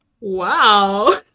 Wow